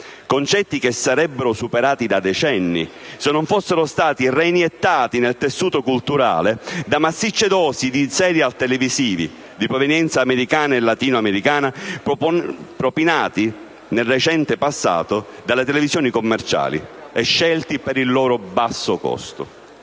concetti che sarebbero superati da decenni se non fossero stati reiniettati nel tessuto culturale da massicce dosi di *serial* televisivi di provenienza americana o latino-americana, propinati nel recente passato dalle televisioni commerciali e scelti per il loro basso costo.